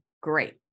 Great